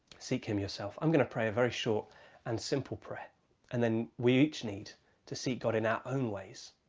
seek him yourself. i'm going to pray a very short and simple prayer and then we each need to seek god in our own ways.